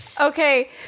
Okay